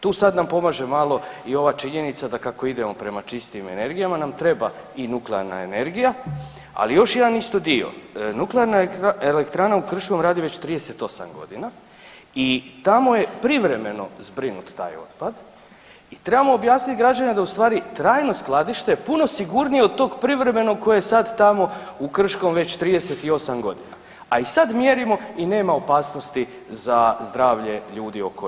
Tu sad nam pomaže malo i ova činjenica da kako idemo prema čistim energijama nam treba i nuklearna energija, ali još jedan isto dio, Nuklearna elektrana u Krškom radi već 38 godina i tamo je privremeno zbrinut taj otpad i trebamo objasniti građanima da ustvari trajno skladište je puno sigurnije od tog privremenog koje je sad tamo u Krškom već 38 godina, a i sad mjerimo i nema opasnosti za zdravlje ljudi oko elektrane.